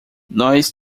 nós